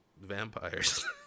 vampires